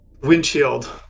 windshield